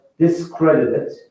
discredited